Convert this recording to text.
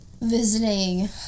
visiting